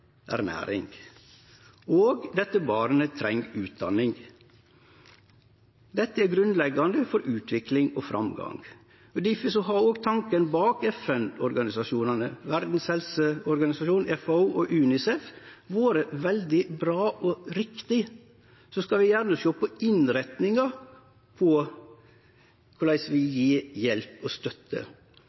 og det treng utdanning. Dette er grunnleggjande for utvikling og framgang. Difor har òg tanken bak FN-organisasjonane Verdas helseorganisasjon, FAO og UNICEF vore veldig bra og riktig. Så kan vi gjerne sjå på innretninga på korleis vi gjev hjelp og støtte,